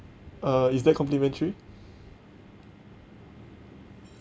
uh is that complementary